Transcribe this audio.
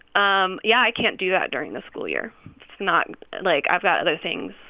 um yeah, i can't do that during the school year. it's not like, i've got other things.